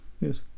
yes